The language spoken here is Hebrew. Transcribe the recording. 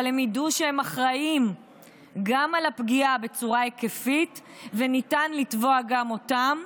אבל אם הם ידעו שהם אחראים גם לפגיעה בצורה היקפית וניתן לתבוע גם אותם,